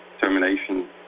termination